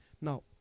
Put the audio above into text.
Now